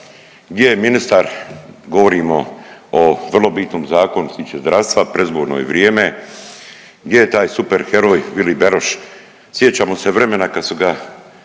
gdje je ministar, govorimo o vrlo bitnom zakonu što se tiče zdravstva, predizborno je vrijeme, gdje je taj super heroj Vili Beroš? Sjećamo se vremena kad su ga